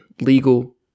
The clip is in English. legal